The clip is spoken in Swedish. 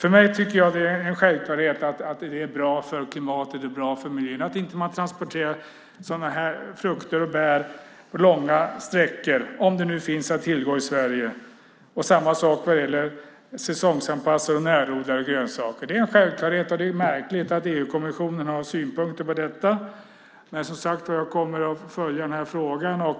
Jag tycker att det är en självklarhet att det är bra för klimatet och bra för miljön att man inte transporterar frukter och bär långa sträckor om de nu finns att tillgå i Sverige. Samma sak gäller säsongsanpassade och närodlade grönsaker. Det är en självklarhet. Det är märkligt att EU-kommissionen har synpunkter på detta. Jag kommer att följa den här frågan.